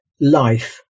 life